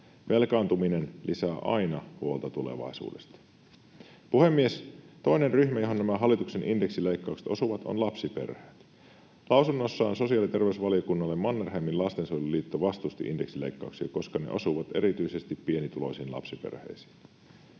Velkaantuminen lisää aina huolta tulevaisuudesta. Puhemies! Toinen ryhmä, johon nämä hallituksen indeksileikkaukset osuvat, on lapsiperheet. Lausunnossaan sosiaali- ja terveysvaliokunnalle Mannerheimin Lastensuojeluliitto vastusti indeksileikkauksia, koska ne osuvat erityisesti pienituloisiin lapsiperheisiin.